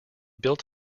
built